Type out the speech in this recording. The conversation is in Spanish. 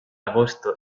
agosto